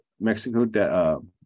Mexico